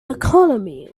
economy